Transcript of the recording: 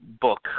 book